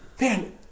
man